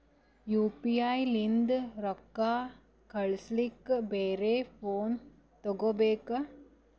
UPI ನಿಂದ ರೊಕ್ಕ ಕಳಸ್ಲಕ ಬ್ಯಾರೆ ಫೋನ ತೋಗೊಬೇಕ?